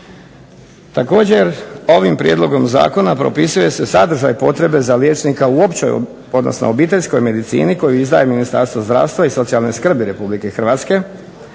Također ovim prijedlogom zakona propisuje se sadržaj potrebe za liječnika u općoj, odnosno obiteljskoj medicini koju izdaje Ministarstvo zdravstva i socijalne skrbi Republike Hrvatske.